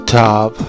top